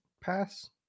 pass